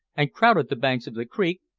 and crowded the banks of the creek,